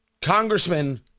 congressman